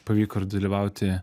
pavyko ir dalyvauti